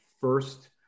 first